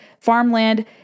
farmland